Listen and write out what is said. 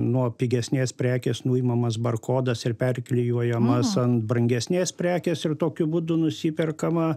nuo pigesnės prekės nuimamas barkodas ir perklijuojamas an brangesnės prekės ir tokiu būdu nusiperkama